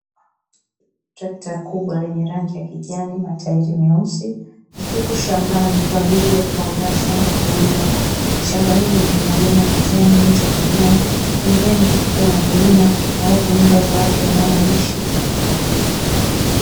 Trekta kubwa lenye matairi ya kijani rangi nyeusi lipo shambani kwa ajili ya kuandaa shamba kulima, shamba hilo lenye majani ya kijani na miti ya kijani pembeni kuna milima na nyumba za watu wanaoishi.